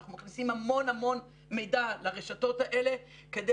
אנחנו מכניסים המון מידע לרשתות האלה כדי